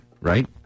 right